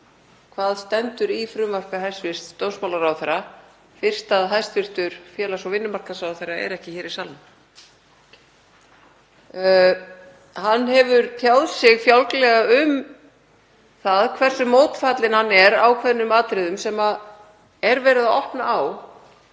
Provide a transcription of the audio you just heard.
hvað stendur í frumvarpi hæstv. dómsmálaráðherra fyrst hæstv. félags- og vinnumarkaðsráðherra er ekki hér í salnum. Hann hefur tjáð sig fjálglega um það hversu mótfallinn hann er ákveðnum atriðum sem verið er að opna á